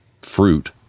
fruit